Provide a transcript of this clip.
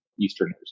Easterners